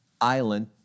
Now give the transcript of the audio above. island